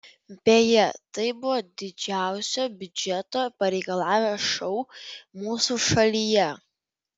beje tai buvo didžiausio biudžeto pareikalavęs šou mūsų šalyje